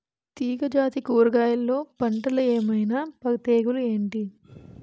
తీగ జాతి కూరగయల్లో పంటలు ఏమైన తెగులు ఏంటి?